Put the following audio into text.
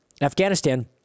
Afghanistan